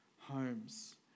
homes